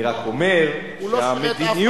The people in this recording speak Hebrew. אני רק אומר שהמדיניות, לא.